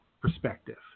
perspective